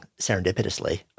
serendipitously-